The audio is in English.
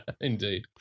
Indeed